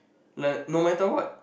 like no matter what